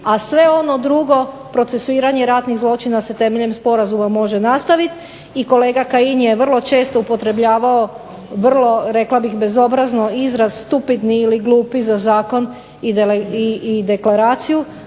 a sve ono drugo procesuiranje ratnih zločina se temeljem sporazuma može nastavit. I kolega Kajin je vrlo često upotrebljavao vrlo, rekla bih bezobrazno izraz stupidni ili glupi za zakon i deklaraciju.